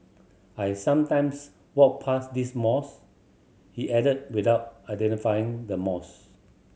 I sometimes walk past this mosque he added without identifying the mosque